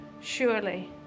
surely